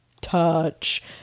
touch